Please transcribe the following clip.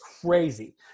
crazy